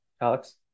Alex